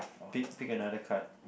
pick pick another card